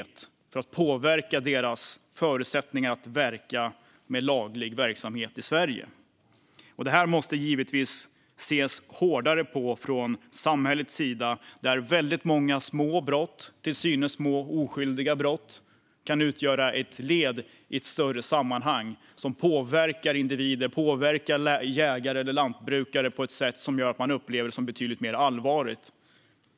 Syftet är att påverka deras förutsättningar att verka med laglig verksamhet i Sverige. Det här måste givetvis ses hårdare på från samhällets sida, där många till synes små och oskyldiga brott kan utgöra ett led i ett större sammanhang som påverkar individer, jägare och lantbrukare på ett sätt som gör att de upplever det som betydligt mer allvarligt.